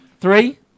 Three